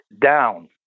down